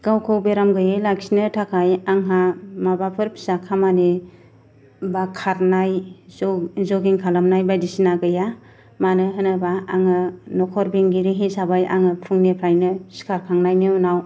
गावखौ बेराम गैयै लाखिनो थाखाय आंहा माबाफोर फिसा खामानि बा खारनाय जगिं खालामनाय बायदिसिना गैया मानोहोनोब्ला आङो न'खर बेंगिरि हिसाबै आङो फुंनिफ्रायनो सिखार खांनायनि उनाव